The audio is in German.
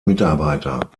mitarbeiter